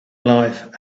life